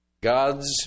God's